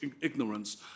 ignorance